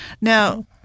Now